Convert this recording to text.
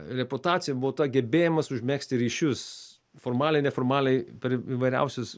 reputacija buvo ta gebėjimas užmegzti ryšius formaliai neformaliai per įvairiausius